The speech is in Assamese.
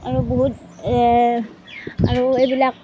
আৰু বহুত আৰু এইবিলাক